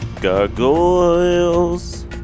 Gargoyles